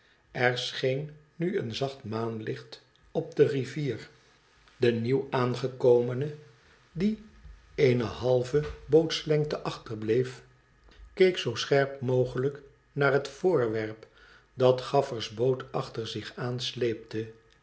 r scheen nu een zacht maanlicht op de rivier de nieuw aangekomene die eene halve bootsiengte achterbleef keek zoo scherp mogelijk naar het voorwerp dat gaflfer's boot achter zich